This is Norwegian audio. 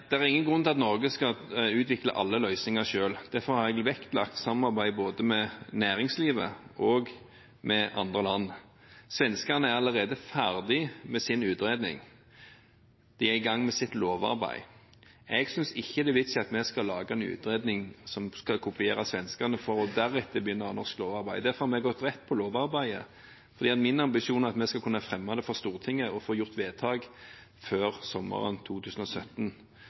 det er ingen grunn til at Norge skal utvikle alle løsninger selv. Derfor har jeg vektlagt samarbeid både med næringslivet og med andre land. Svenskene er allerede ferdig med sin utredning. De er i gang med sitt lovarbeid. Jeg synes ikke det er vits i at vi skal lage en utredning som skal kopiere svenskene, for deretter å begynne med norsk lovarbeid. Derfor har vi gått rett på lovarbeidet. Det er min ambisjon at vi skal kunne fremme det for Stortinget og få gjort vedtak før sommeren 2017.